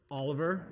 oliver